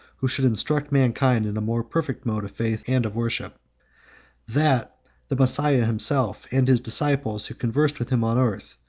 who should instruct mankind in a more perfect mode of faith and of worship that the messiah himself, and his disciples who conversed with him on earth,